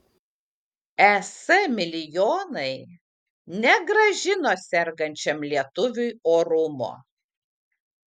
es milijonai negrąžino sergančiam lietuviui orumo